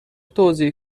توزیع